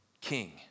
king